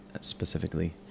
specifically